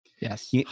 Yes